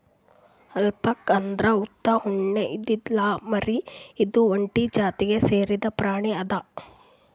alpaca ಅಂದ್ರ ಉದ್ದ್ ಉಣ್ಣೆ ಇದ್ದಿದ್ ಲ್ಲಾಮ್ಕುರಿ ಇದು ಒಂಟಿ ಜಾತಿಗ್ ಸೇರಿದ್ ಪ್ರಾಣಿ ಅದಾ